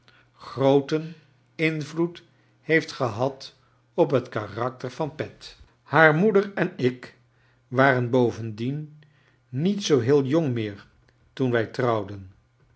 grooten invloed heeft gehad op het karakter van pet haa r moeder en ik waren bovendien niet zoo heel jong meer toen wij trouwden